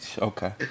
Okay